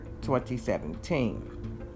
2017